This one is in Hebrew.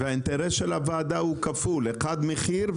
והאינטרס של הוועדה הוא כפול: אחד הוא המחיר,